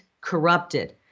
corrupted